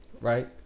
right